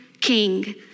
king